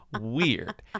weird